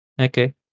okay